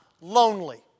lonely